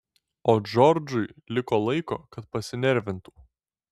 o džordžui liko laiko kad pasinervintų